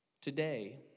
Today